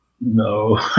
No